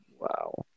wow